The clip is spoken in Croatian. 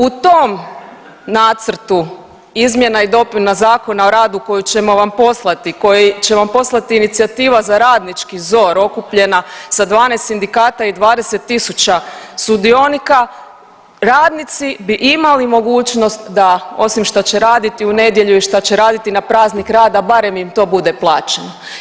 U tom nacrtu izmjena i dopuna Zakona o radu koju ćemo vam poslati, koji će vam poslati inicijativa za radnički ZOR okupljena sa 12 sindikata i 20.000 sudionika, radnici bi imali mogućnost da osim što će raditi u nedjelju i što će raditi na Praznik rada barem im to bude plaćeno.